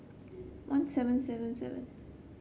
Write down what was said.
one seven seven seven